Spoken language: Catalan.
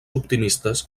optimistes